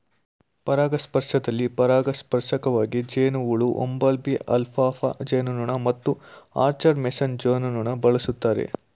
ಪರಾಗಸ್ಪರ್ಶದಲ್ಲಿ ಪರಾಗಸ್ಪರ್ಶಕವಾಗಿ ಜೇನುಹುಳು ಬಂಬಲ್ಬೀ ಅಲ್ಫಾಲ್ಫಾ ಜೇನುನೊಣ ಮತ್ತು ಆರ್ಚರ್ಡ್ ಮೇಸನ್ ಜೇನುನೊಣ ಬಳಸ್ತಾರೆ